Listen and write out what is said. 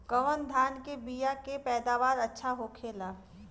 कवन धान के बीया के पैदावार अच्छा होखेला?